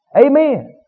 Amen